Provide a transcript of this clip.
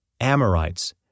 Amorites